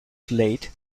slate